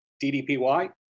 DDPY